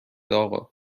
آقا